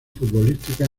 futbolística